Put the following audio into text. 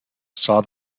saw